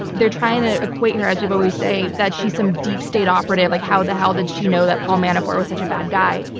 they're trying to equate her as we always say that she's some deep state operative. like how the hell did she know that paul manafort was such a bad guy?